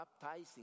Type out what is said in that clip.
baptizing